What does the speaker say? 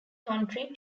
country